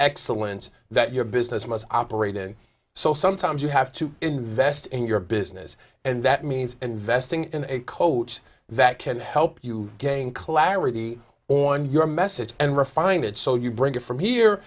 excellence that your business must operate in so sometimes you have to invest in your business and that means investing in a coach that can help you gain clarity on your message and refine it so you bring it from here